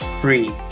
free